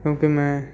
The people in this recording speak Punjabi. ਕਿਉਂਕਿ ਮੈਂ